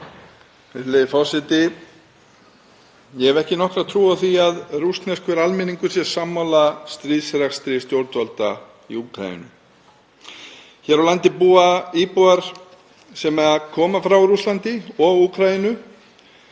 forseti. Ég hef ekki nokkra trú á því að rússneskur almenningur sé sammála stríðsrekstri stjórnvalda í Úkraínu. Hér á landi búa íbúar sem koma frá Rússlandi og Úkraínu,